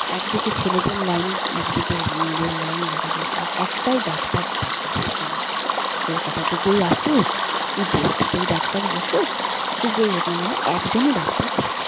এক দিকে ছেলেদের লাইন এক দিকে মেয়েদের লাইন লাগানো হয় আর একটাই ডাক্তার থাকে সেখানে কলকাতা থেকেই আসুক কী দেশ থেকেই ডাক্তার বসুক সে যেই হোক না কেন একজনই ডাক্তার থাকে